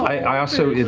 i also,